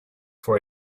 for